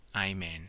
Amen